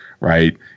right